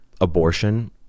abortion